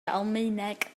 almaeneg